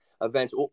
events